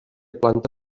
planta